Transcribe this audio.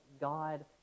God